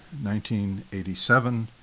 1987